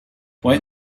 wait